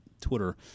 Twitter